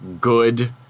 good